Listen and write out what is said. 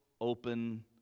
open